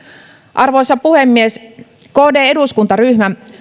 arvoisa puhemies kd eduskuntaryhmä